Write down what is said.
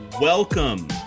Welcome